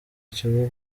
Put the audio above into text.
ikigo